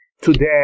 Today